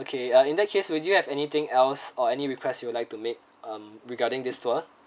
okay uh in that case would you have anything else or any request you would like to make um regarding this tour